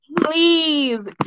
please